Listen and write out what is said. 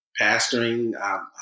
pastoring